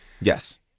Yes